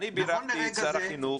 אני בירכתי את שר החינוך.